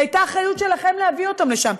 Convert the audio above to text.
זה הייתה האחריות שלכם להביא אותם לשם,